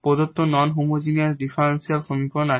প্রদত্ত non homogeneous differential সমীকরণ আছে